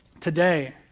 today